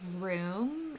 room